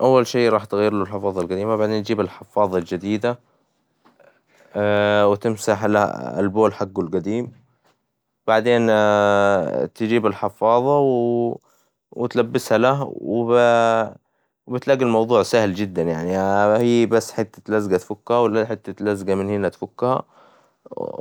أول شى راح تغيرله الحفاظة القديمة وبعدين تجيب الحفاظة الجديدة ، وتمسح البول حقه القديم ، بعدين تجيب الحفاظة وتلبسها له وبتلاقى الموظوع سهل جداً يعنى ، هى بس حتة لزقة تفكها حتة لزقة من هنا تفكها